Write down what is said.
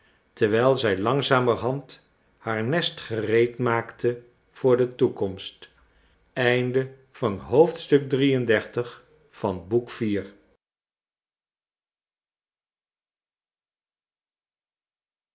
terwijl zij langzamerhand haar nest gereed maakte voor de toekomst